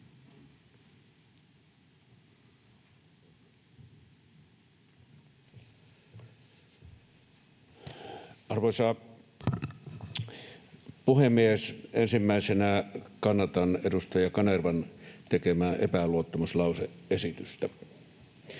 Arvoisa puhemies! Ensimmäisenä kannatan edustaja Kanervan tekemää epäluottamuslause-esitystä.